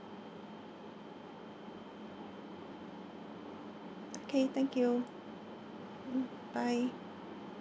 okay thank you mm bye